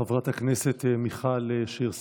חברת הכנסת מיכל שיר סגמן,